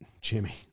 Jimmy